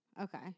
Okay